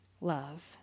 love